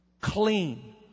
Clean